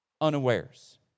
unawares